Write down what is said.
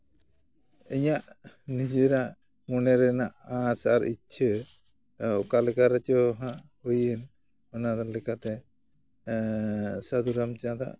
ᱤᱧᱟᱹᱜ ᱱᱤᱡᱮᱨᱟᱜ ᱢᱚᱱᱮ ᱨᱮᱱᱟᱜ ᱟᱸᱥ ᱟᱨ ᱤᱪᱪᱷᱟᱹ ᱚᱠᱟᱞᱮᱠᱟ ᱨᱮᱪᱚ ᱦᱟᱸᱜ ᱦᱩᱭᱮᱱ ᱚᱱᱟ ᱞᱮᱠᱟᱛᱮ ᱥᱟᱫᱷᱩ ᱨᱟᱢᱪᱟᱸᱫᱟᱜ